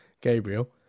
Gabriel